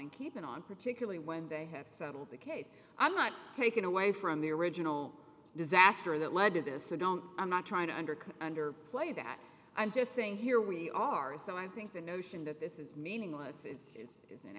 on keepin on keepin on particularly when they have settled the case i'm not taking away from the original disaster that led to this i don't i'm not trying to undercut under play that i'm just saying here we are so i think the notion that this is meaningless is